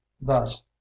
thus